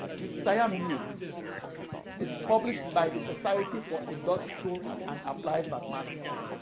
the siam news is published by the society for industrial and applied mathematics.